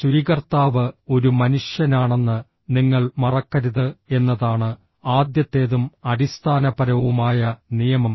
സ്വീകർത്താവ് ഒരു മനുഷ്യനാണെന്ന് നിങ്ങൾ മറക്കരുത് എന്നതാണ് ആദ്യത്തേതും അടിസ്ഥാനപരവുമായ നിയമം